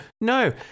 no